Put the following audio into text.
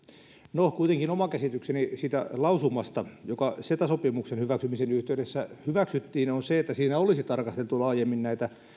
no kuitenkin oma käsitykseni siitä lausumasta joka ceta sopimuksen hyväksymisen yhteydessä hyväksyttiin on se että siinä olisi tarkasteltu laajemmin näitä